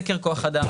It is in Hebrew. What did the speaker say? סקר כוח אדם,